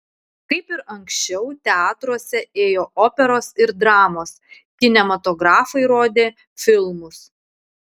kaip ir anksčiau teatruose ėjo operos ir dramos kinematografai rodė filmus